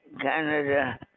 Canada